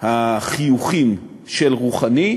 החיוכים של רוחאני,